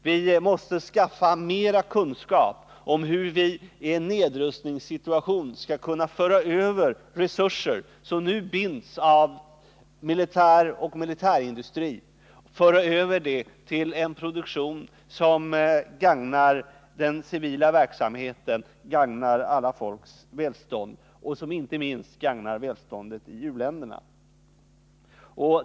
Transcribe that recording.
Vi måste skaffa mer kunskap om hur vi i en nedrustningssituation skall kunna föra över resurser, som nu binds av militärer och militärindustrin, till en produktion som gagnar den civila verksamheten och alla folks välstånd, inte minst välståndet i u-länderna.